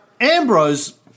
Ambrose